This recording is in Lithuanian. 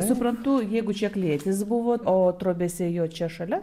suprantu jeigu čia klėtis buvo o trobesiai jo čia šalia